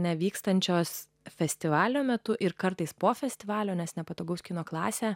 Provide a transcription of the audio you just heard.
nevykstančios festivalio metu ir kartais po festivalio nes nepatogaus kino klasę